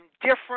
different